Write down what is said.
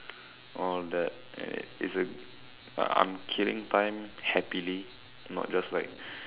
all that and it it's a like I'm killing time happily not just like